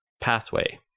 Pathway